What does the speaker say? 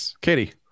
Katie